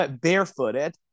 barefooted